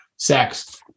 sex